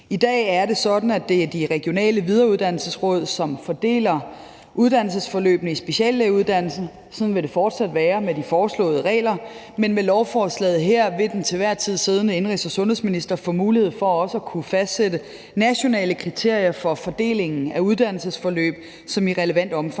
I dag er det sådan, at det er de regionale videreuddannelsesråd, som fordeler uddannelsesforløbene i speciallægeuddannelsen, og sådan vil det fortsat være med de foreslåede regler, men med lovforslaget her vil den til enhver tid siddende indenrigs- og sundhedsminister få mulighed for også at kunne fastsætte nationale kriterier for fordelingen af uddannelsesforløb, som i relevant omfang